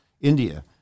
India